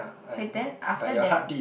okay then after that